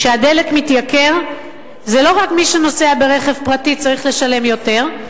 כשהדלק מתייקר זה לא רק שמי שנוסע ברכב פרטי צריך לשלם יותר,